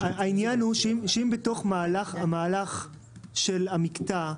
העניין הוא, שאם בתוך המהלך של המקטע,